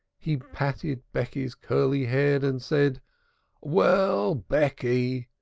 he patted becky's curly head and said well, becky,